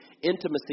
intimacy